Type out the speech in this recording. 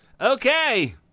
Okay